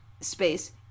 space